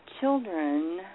children